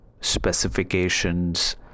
specifications